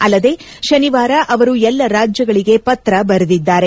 ಅಲ್ಲದೆ ಶನಿವಾರ ಅವರು ಎಲ್ಲ ರಾಜ್ಯಗಳಿಗೆ ಪತ್ರ ಬರೆದಿದ್ದಾರೆ